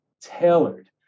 tailored